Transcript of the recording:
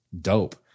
dope